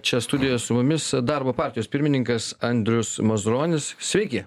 čia studijoj su mumis darbo partijos pirmininkas andrius mazuronis sveiki